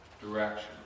direction